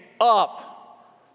up